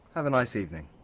have a nice evening.